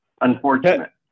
unfortunate